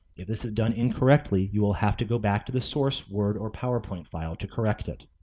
if this is done incorrectly, you will have to go back to the source word or powerpoint file to correct it.